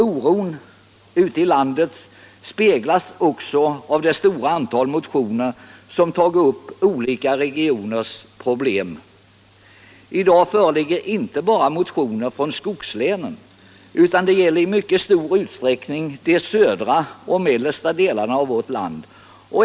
Oron ute i landet återspeglas också i det stora antal motioner som tar upp olika regioners problem. I dag föreligger motioner inte bara från representanter för skogslänen utan även i mycket stor utsträckning från representanter för de södra och mellersta delarna av vårt land.